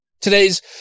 Today's